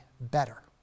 better